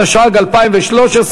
התשע"ג 2013,